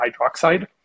hydroxide